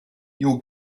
your